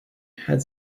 had